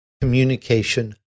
communication